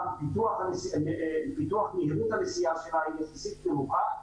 פיתוח מהירות הנסיעה שלה היא יחסית נמוכה,